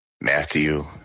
Matthew